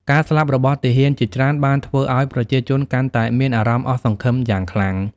ការស្លាប់របស់ទាហានជាច្រើនបានធ្វើឲ្យប្រជាជនកាន់តែមានអារម្មណ៍អស់សង្ឃឹមយ៉ាងខ្លាំង។